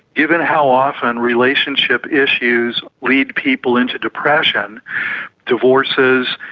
given how often relationship issues lead people into depression divorces,